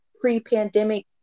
pre-pandemic